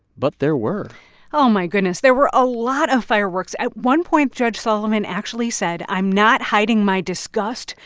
but there were oh, my goodness. there were a lot of fireworks. at one point, judge sullivan actually said, i'm not hiding my disgust,